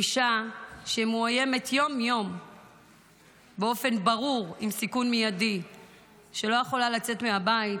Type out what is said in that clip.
אישה שמאוימת יום-יום באופן ברור עם סיכון מיידי לא יכולה לצאת מהבית,